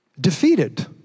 defeated